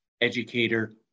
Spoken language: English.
educator